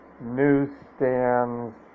newsstands